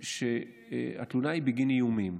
התלונה בגין איומים.